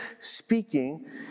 speaking